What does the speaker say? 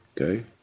Okay